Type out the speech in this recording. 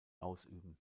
ausüben